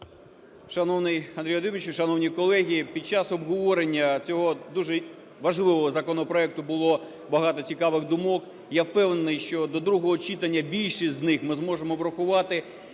Шановний Андрію Володимировичу, шановні колеги, під час обговорення цього дуже важливого законопроекту було багато цікавих думок, і я впевнений, що до другого читання більшість з них ми зможемо врахувати.